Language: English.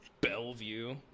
Bellevue